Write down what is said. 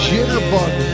Jitterbug